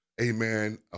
amen